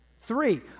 Three